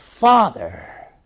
father